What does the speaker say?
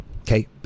okay